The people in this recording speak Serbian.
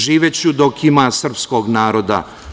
Živeću dok ima srpskog naroda.